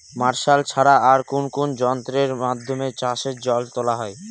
Martial ছাড়া আর কোন কোন যন্ত্রেরর মাধ্যমে চাষের জল তোলা হয়?